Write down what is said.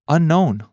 Unknown